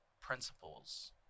principles